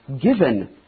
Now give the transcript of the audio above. given